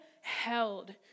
held